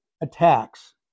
attacks